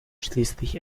schließlich